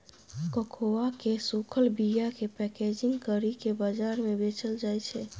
cocoa केर सूखल बीयाकेँ पैकेजिंग करि केँ बजार मे बेचल जाइ छै